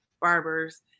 barbers